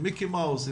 עם מיקי מאוס,